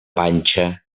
panxa